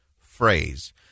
phrase